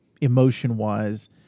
emotion-wise